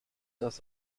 das